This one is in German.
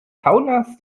kaunas